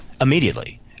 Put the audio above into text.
Immediately